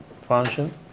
function